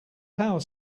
power